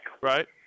Right